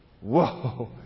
Whoa